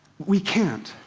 we can't.